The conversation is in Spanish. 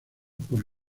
por